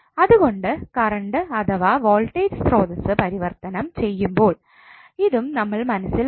അതുകൊണ്ട് കറണ്ട് അഥവാ വോൾട്ടേജ് സ്രോതസ്സ് പരിവർത്തനം ചെയ്യുമ്പോൾ ഇതും നമ്മൾ മനസ്സിൽ വെക്കണം